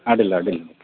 ಅಡ್ಡಿಲ್ಲ ಅಡ್ಡಿಲ್ಲ